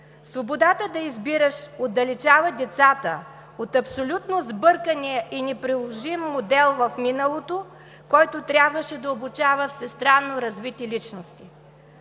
Свободата да избираш отдалечава децата от абсолютно сбъркания и неприложим модел в миналото, който трябваше да обучава всестранно развити личности.